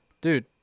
dude